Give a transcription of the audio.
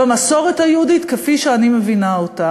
במסורת היהודית, כפי שאני מבינה אותה.